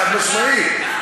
חד-משמעית,